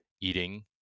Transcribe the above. eating